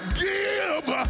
give